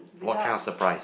what kind of surprise